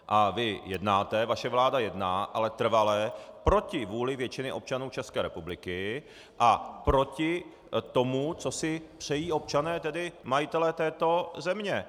A vy jednáte, vaše vláda jedná, ale trvale proti vůli většiny občanů České republiky a proti tomu, co si přejí občané, tedy majitelé této země.